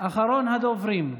אחרון הדוברים.